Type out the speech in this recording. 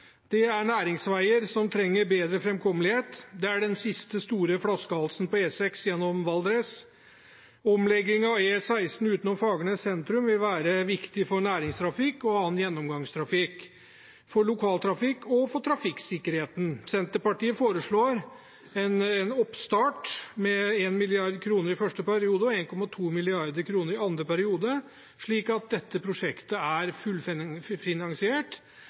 er den siste store flaskehalsen på E6 gjennom Valdres. En omlegging av E16 utenom Fagernes sentrum vil være viktig for næringstrafikk og annen gjennomgangstrafikk, for lokaltrafikk og for trafikksikkerheten. Senterpartiet foreslår en oppstart med 1 mrd. kr i første periode og 1,2 mrd. kr i andre periode, slik at dette prosjektet er